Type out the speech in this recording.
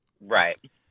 Right